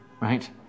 right